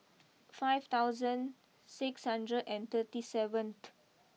five thousand six hundred and thirty seventh